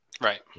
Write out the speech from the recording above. Right